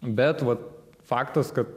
bet vat faktas kad